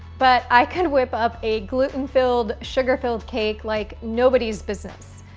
but i can whip up a gluten filled sugar filled cake like nobody's business.